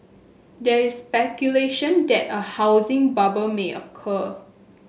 there is speculation that a housing bubble may occur